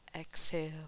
Exhale